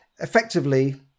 effectively